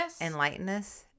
enlightenment